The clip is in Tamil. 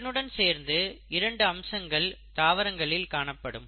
இதனுடன் சேர்ந்து இரண்டு அம்சங்கள் தாவரங்களில் காணப்படும்